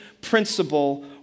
principle